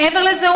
מעבר לזה,